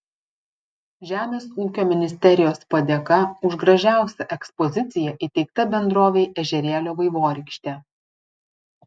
žemės ūkio ministerijos padėka už gražiausią ekspoziciją įteikta bendrovei ežerėlio vaivorykštė